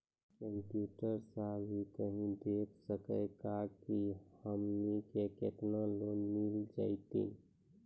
Computer सा भी कही देख सकी का की हमनी के केतना लोन मिल जैतिन?